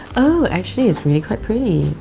oh, actually it's really quite pretty.